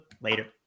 Later